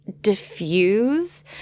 diffuse